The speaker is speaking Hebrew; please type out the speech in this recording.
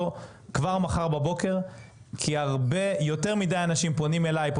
כבר מחר בבוקר כי יותר מידי אנשים פונים אליי,